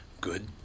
Good